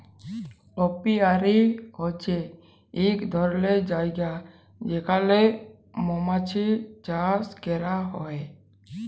apiary হছে ইক ধরলের জায়গা যেখালে মমাছি চাষ ক্যরা হ্যয়